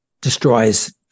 destroys